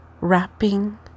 wrapping